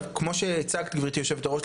כמו שהצגת גבירתי יושבת-הראש,